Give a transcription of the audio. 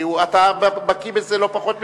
כי אתה בקי בזה לא פחות ממנו.